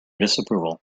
disapproval